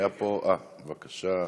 בבקשה,